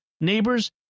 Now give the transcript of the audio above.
neighbors